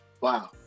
Wow